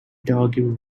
dog